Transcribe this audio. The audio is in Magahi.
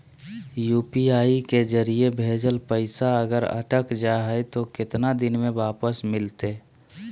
यू.पी.आई के जरिए भजेल पैसा अगर अटक जा है तो कितना दिन में वापस मिलते?